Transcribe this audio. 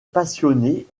passionnés